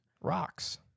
Rocks